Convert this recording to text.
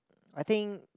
I think